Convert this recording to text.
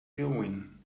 going